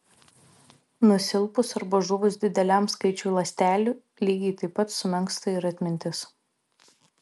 nusilpus arba žuvus dideliam skaičiui ląstelių lygiai taip pat sumenksta ir atmintis